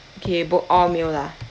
okay book all meal lah